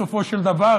בסופו של דבר,